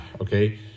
okay